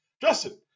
Justin